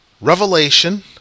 revelation